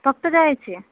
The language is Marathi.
फक्त जायचे